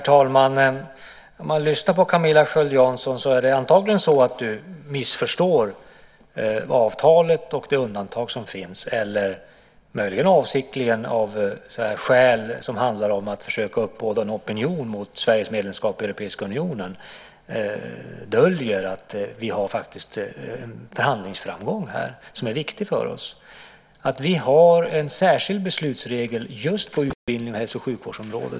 Herr talman! Det är antagligen så att Camilla Sköld Jansson missförstår avtalet och det undantag som finns, möjligen avsiktligen av skäl som handlar om att försöka uppbåda en opinion mot Sveriges medlemskap i Europeiska unionen. Hon döljer att vi har en förhandlingsframgång här som är viktig för oss. Vi har en särskild beslutsregel just på utbildnings och hälso och sjukvårdsområdet.